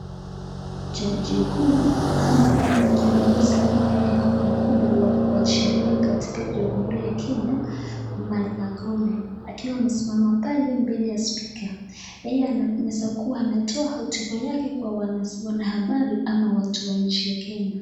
Jaji mkuu ama yeye ni kiongozi ama yeye anakuwanga mkubwa wa sheria katika jamhuri ya Kenya , Martha Koome akiwa amesimama pale mbele ya spika, yeye anawezakuwa anatoa hotuba yake kwa wanahabari ama watua wa nchi ya Kenya.